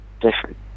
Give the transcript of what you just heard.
different